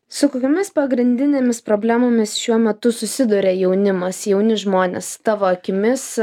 su kokiomis pagrindinėmis problemomis šiuo metu susiduria jaunimas jauni žmonės tavo akimis